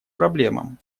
проблемам